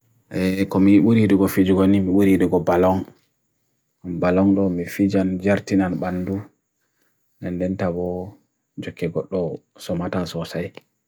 e komi uri dugo fijugonim, uri dugo balong balong lo mifijan jartinan bandu nan denta wo jokegot lo sumataan sosai